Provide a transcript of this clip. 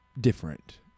different